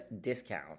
discount